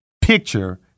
picture